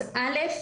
אז א',